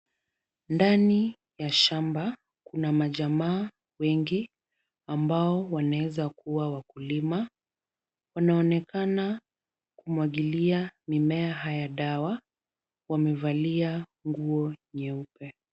Ndani ya shamba kuna majamaa wengi ambao wanaeza kuwa wakulima. Wanaonekana kumwagilia mimea haya dawa. Wamevalia nguo nyeupe.